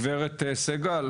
על בריאות הציבור?